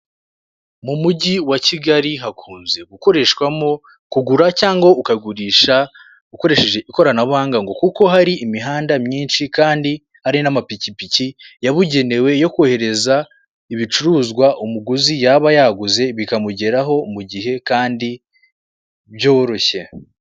Mu mujyi wa kigali hakunze gukoreshwamo kugura cyangwa ukagurisha, ukoresheje ikoranabuhanga ngo kuko hari imihanda myinshi kandi hari n'amapikipiki yabugenewe yo kohereza ibicuruzwa umuguzi yaba yaguze bikamugeraho mu gihe kandi byoroshye.